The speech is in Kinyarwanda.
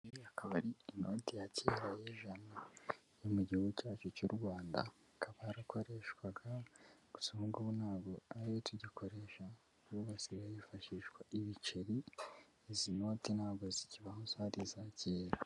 Iyi akaba ari inoti ya kera y'ijana yo mu gihugu cyacu cy'u Rwanda, ikaba yarakoreshwaga gusa ubu ngubu ntago ariyo tugikoresha ubu hasigaye hifashishwa ibiceri, izi noti ntabwo zikibaho zari iza kera.